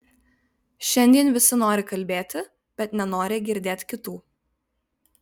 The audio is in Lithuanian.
šiandien visi nori kalbėti bet nenori girdėt kitų